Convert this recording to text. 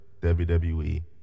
WWE